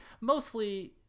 mostly